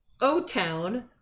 O-Town